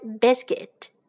biscuit